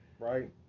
right